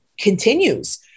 continues